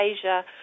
Asia